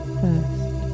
first